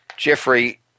Jeffrey